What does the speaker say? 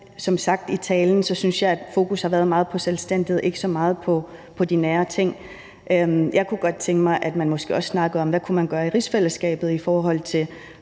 jeg sagde i talen, synes jeg, at fokus har været meget på selvstændighed og ikke så meget på de nære ting. Jeg kunne godt tænke mig, at man måske også snakkede om, hvad man kunne gøre i rigsfællesskabet i forhold til